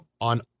on